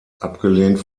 abgelehnt